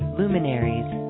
luminaries